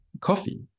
coffee